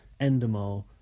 Endemol